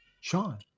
Sean